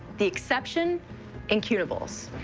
the exception incunables.